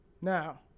Now